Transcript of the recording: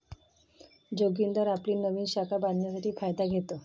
जोगिंदर आपली नवीन शाखा बांधण्यासाठी फायदा घेतो